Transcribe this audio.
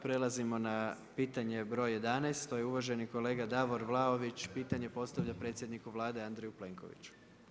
Prelazimo na pitanje broj 11, to je uvaženi kolega Davor Vlaović, pitanje postavlja predsjedniku Vlade Andreju Plenkoviću.